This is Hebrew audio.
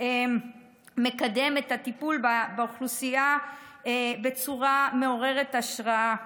שמקדם את הטיפול באוכלוסייה בצורה מעוררת השראה.